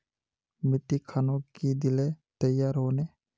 मिट्टी खानोक की दिले तैयार होने?